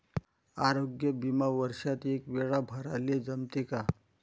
आरोग्य बिमा वर्षात एकवेळा भराले जमते का?